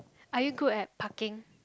are you good at parking